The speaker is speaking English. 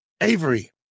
Avery